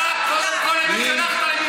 תדאג קודם כול למי שהלך למלחמה ולא חזר.